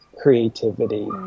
creativity